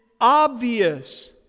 obvious